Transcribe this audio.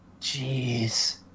Jeez